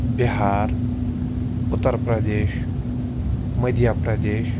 Bihar Uttar Pradesh Madhya Pradesh